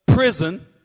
prison